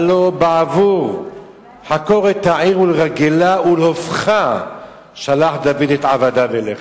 הלוא בעבור חקור את העיר ולרגלה ולהופכה שלח דוד את עבדיו אליך,